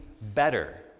better